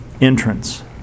entrance